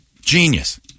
Genius